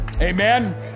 Amen